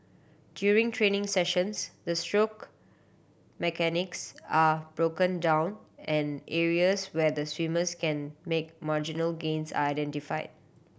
during training sessions the stroke mechanics are broken down and areas where the swimmers can make marginal gains are identify